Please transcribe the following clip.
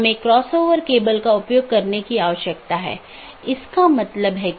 तीसरा वैकल्पिक सकर्मक है जो कि हर BGP कार्यान्वयन के लिए आवश्यक नहीं है